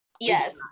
yes